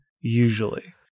Usually